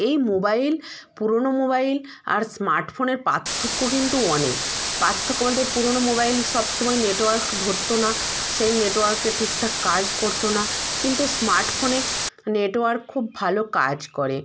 এই মোবাইল পুরনো মোবাইল আর স্মার্ট ফোনের পার্থক্য কিন্তু অনেক পার্থক্য বলতে পুরনো মোবাইল সবসময় নেটওয়ার্ক ধরত না সেই নেটওয়ার্কে ঠিকঠাক কাজ করত না কিন্তু স্মার্ট ফোনে নেটওয়ার্ক খুব ভালো কাজ করে